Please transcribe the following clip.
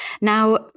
Now